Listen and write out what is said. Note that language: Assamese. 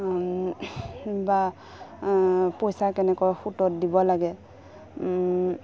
বা পইচা কেনেকৈ সোতত দিব লাগে